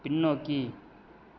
பின்னோக்கி